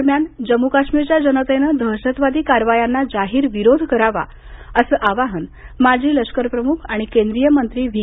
दरम्यान जम्मू काश्मीरच्या जनतेनं दहशतवादी कारवायांना जाहीर विरोध करावा असं आवाहन माजी लष्करप्रमुख आणि केंद्रिय मंत्री व्ही